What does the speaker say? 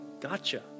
gotcha